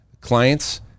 Clients